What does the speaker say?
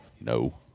No